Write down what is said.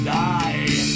die